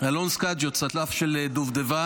אלון סקאג'יו, צלף של דובדבן,